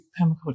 permaculture